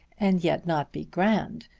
and yet not be grand.